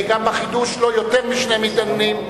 גם חידוש, לא יותר משני מתדיינים.